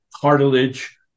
cartilage